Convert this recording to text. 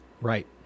Right